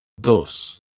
Dos